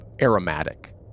aromatic